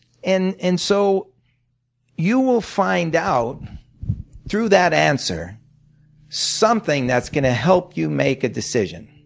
and and so you will find out through that answer something that's going to help you make a decision.